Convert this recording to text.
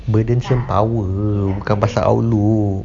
burdensome power bukan pasal outlook